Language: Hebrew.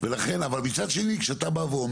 אז גם יש ייצוג של משרד השיכון והרשות